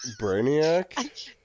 Brainiac